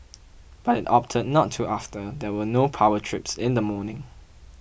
but it opted not to after there were no power trips in the morning